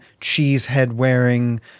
cheese-head-wearing